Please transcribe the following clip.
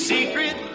Secret